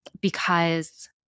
because-